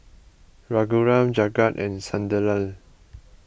Raghuram Jagat and Sunderlal